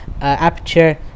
aperture